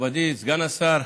מכובדי סגן השר,